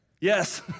Yes